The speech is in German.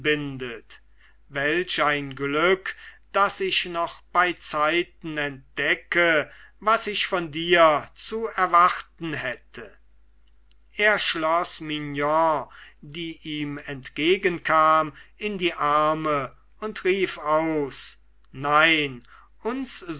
bindet welch ein glück daß ich noch beizeiten entdecke was ich von dir zu erwarten hätte er schloß mignon die ihm entgegenkam in die arme und rief aus nein uns